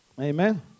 Amen